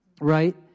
right